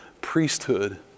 priesthood